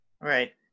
Right